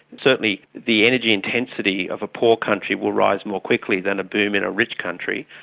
certainly the energy intensity of a poor country will rise more quickly than a boom in a rich country.